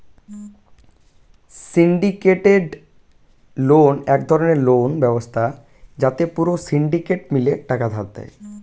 syndicated loan এক ধরণের loan ব্যবস্থা যাতে পুরো সিন্ডিকেট মিলে টাকা ধার দেয়